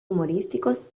humorísticos